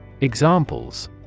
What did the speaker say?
Examples